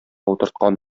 утырткан